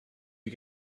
you